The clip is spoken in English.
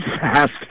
fast